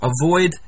avoid